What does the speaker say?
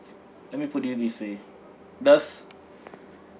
let me put in this way does